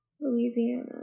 Louisiana